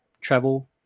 travel